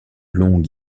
longue